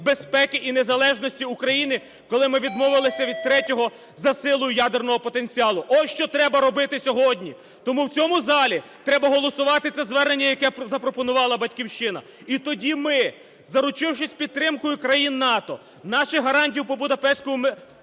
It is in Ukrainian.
безпеки і незалежності України, коли ми відмовилися від третього за силою ядерного потенціалу. Ось що треба робити сьогодні! Тому в цьому залі треба голосувати це звернення, яке запропонувала "Батьківщина". І тоді ми, заручившись підтримкою країн НАТО, нашою гарантією по Будапештському